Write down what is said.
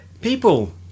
people